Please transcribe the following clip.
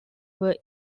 were